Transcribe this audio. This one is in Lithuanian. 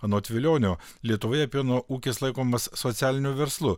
anot vilionio lietuvoje pieno ūkis laikomas socialiniu verslu